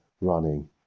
running